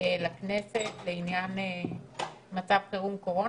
לכנסת בעניין מצב חירום קורונה?